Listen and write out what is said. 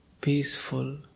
peaceful